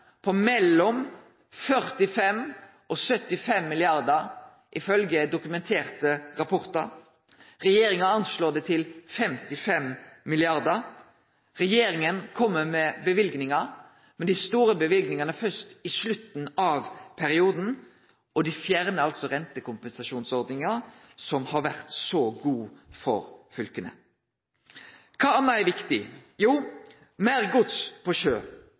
på mellom 45 og 75 mrd. kr, ifølgje dokumenterte rapportar. Regjeringa anslår det til 55 mrd. kr. Regjeringa kjem med løyvingar, men dei store løyvingane er først i slutten av perioden. Og dei fjernar altså rentekompensasjonsordninga, som har vore så god for fylka. Kva anna er viktig? Jo, meir gods på sjø.